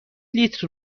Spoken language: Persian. لیتر